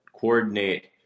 coordinate